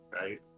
right